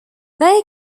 they